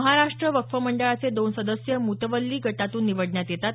महाराष्ट्र वक्फ मंडळाचे दोन सदस्य मुतवल्ली गटातून निवडण्यात येतात